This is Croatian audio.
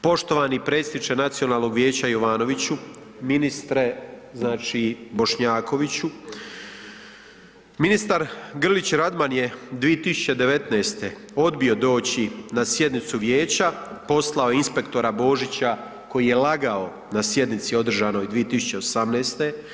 Poštovani predsjedniče Nacionalnog vijeća Jovanoviću, ministre, znači Bošnjakoviću, ministar Grlić Radman je 2019. odbio doći na sjednicu Vijeća, poslao je inspektora Božića koji je lagao na sjednici održanoj 2018.